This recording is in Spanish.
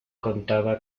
contaba